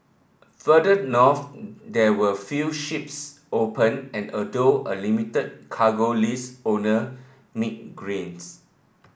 further north there were few ships open and although a limited cargo list owner made gains